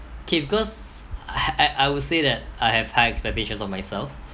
okay because I I I would say that I have high expectations of myself